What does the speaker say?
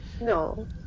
No